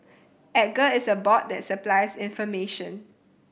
Edgar is a bot that supplies information